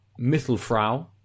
Mittelfrau